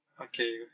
okay